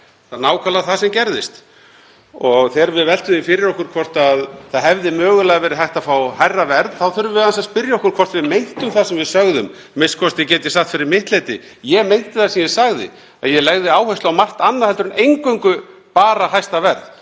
Það var nákvæmlega það sem gerðist. Þegar við veltum því fyrir okkur hvort það hefði mögulega verið hægt að fá hærra verð þá þurfum við aðeins að spyrja okkur hvort við meintum það sem við sögðum, a.m.k. get ég sagt fyrir mitt leyti að ég meinti það sem ég sagði, að ég legði áherslu á margt annað heldur en eingöngu bara hæsta verð.